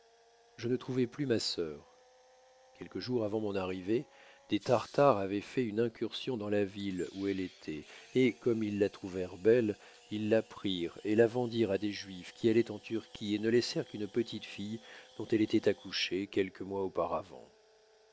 je ne trouvai plus ma sœur quelques jours avant mon arrivée des tartares avoient fait une incursion dans la ville où elle étoit et comme ils la trouvèrent belle ils la prirent et la vendirent à des juifs qui alloient en turquie et ne laissèrent qu'une petite fille dont elle étoit accouchée quelques mois auparavant